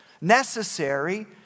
necessary